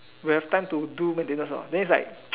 will have time to do maintenance or not then it's like